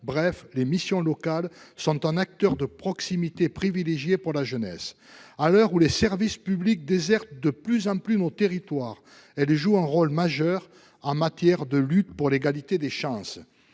etc. Les missions locales sont un acteur de proximité privilégié pour la jeunesse. À l'heure où les services publics désertent de plus en plus nos territoires, elles jouent un rôle majeur en matière de lutte pour l'égalité des chances.